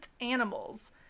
animals